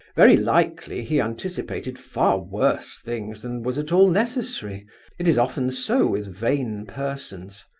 very likely he anticipated far worse things than was at all necessary it is often so with vain persons.